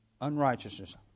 unrighteousness